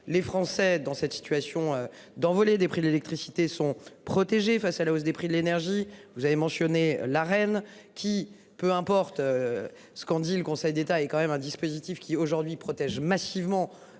les Français dans cette situation d'envolée des prix de l'électricité sont protégés face à la hausse des prix de l'énergie. Vous avez mentionné la reine qui, peu importe. Ce qu'on dit le Conseil d'État est quand même un dispositif qui, aujourd'hui, protège massivement